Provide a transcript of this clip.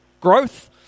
growth